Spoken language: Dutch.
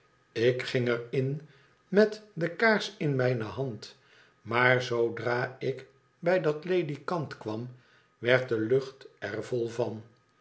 ik ging er in met de kaars in mijne band maar zoodra ik bij het ledikant kwam werd de lucht er vol van